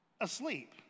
asleep